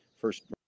first